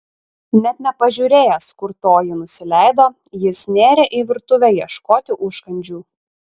net nepažiūrėjęs kur toji nusileido jis nėrė į virtuvę ieškoti užkandžių